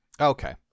Okay